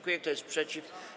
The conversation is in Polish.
Kto jest przeciw?